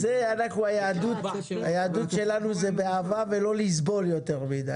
היהדות שלנו זה באהבה ולא לסבול יותר מדי.